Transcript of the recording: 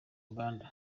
uganda